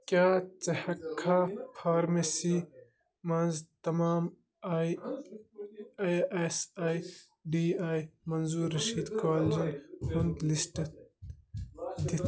کیٛاہ ژٕ ہیٚکہِ کھا فارمیسی مَنٛز تمام A A S A D A منظور شُدٕہ کالجیٚن ہُنٛد لسٹہٕ دِتھ